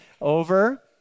over